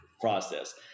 process